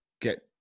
get